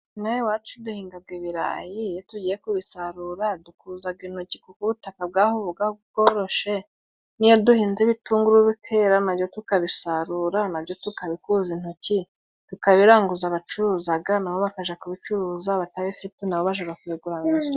Inaha iwacu duhinga ibirayi. Iyo tugiye kubisarura dukuza intoki, kuko ubutaka bw'aho bworoshye. N'iyo duhinze ibitunguru bikera na byo tukabisarura na byo tukabikuza intoki, tukabiranguza abacuruza na bo bakabicuruza. Abatabifite na bo bajya kubigura mu isoko.